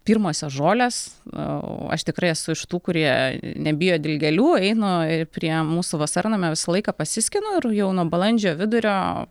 pirmosios žolės o aš tikrai esu iš tų kurie nebijo dilgėlių einu ir prie mūsų vasarnamio visą laiką pasiskinu ir jau nuo balandžio vidurio